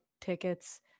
tickets